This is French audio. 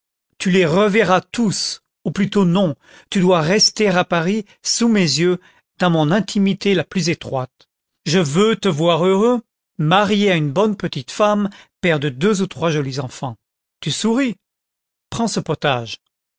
tu les reverras tous ou plutôt non tu dois rester à paris sous mes yeux dans mon intimité la plus étroite je veux te voir heureux marié à une bonne petite femme père de deux ou trois jolis enfants tu souris prends ce potage